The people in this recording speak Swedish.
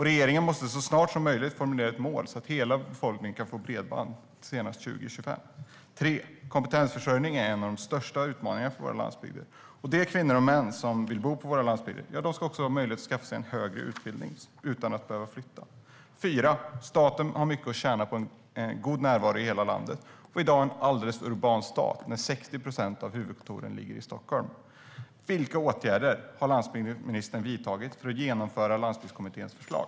Regeringen måste så snart som möjligt formulera ett mål, så att hela befolkningen kan få bredband senast 2025. För det tredje är kompetensförsörjning en av de största utmaningarna för våra landsbygder. De kvinnor och män som vill bo på våra landsbygder ska också ha möjlighet att skaffa sig en högre utbildning utan att behöva flytta. För det fjärde har staten mycket att tjäna på en god närvaro i hela landet. I dag har vi en alldeles för urban stat. 60 procent av huvudkontoren ligger i Stockholm. Vilka åtgärder har landsbygdsministern vidtagit för att genomföra Landsbygdskommitténs förslag?